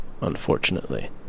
unfortunately